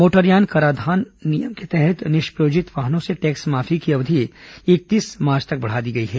मोटरयान कराधान नियम के तहत निष्प्रयोजित वाहनों से टैक्स माफी की अवधि इकतीस मार्च तक बढ़ाई गई है